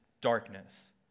darkness